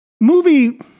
movie